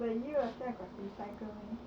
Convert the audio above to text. but you yourself got recycle meh